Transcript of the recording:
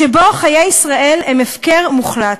שבו חיי תושבי ישראל הם הפקר מוחלט: